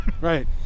Right